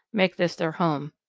make this their home.